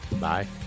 Bye